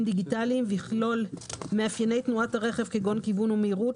דיגיטליים ויכלול מאפייני תנועת הרכב כגון כיוון ומהירות,